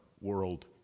world